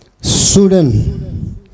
Sudan